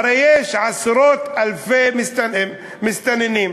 הרי יש עשרות-אלפי מסתננים,